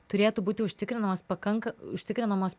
turėtų būti užtikrinamas pakanka užtikrinamos